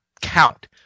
count